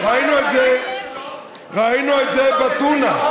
ראינו את זה בטונה.